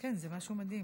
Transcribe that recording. כן, זה משהו מדהים.